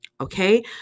Okay